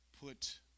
put